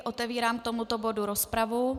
Otevírám k tomuto bodu rozpravu.